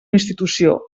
institució